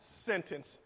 sentence